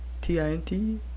t-i-n-t